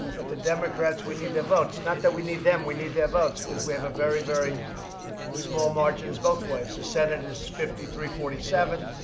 but the democrats, we need their votes. not that we need them we need their votes because we have a very, very small margins both ways. the senate is fifty three forty seven.